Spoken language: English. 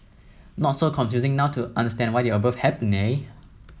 not so confusing now to understand why the above happened eh